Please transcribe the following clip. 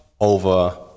over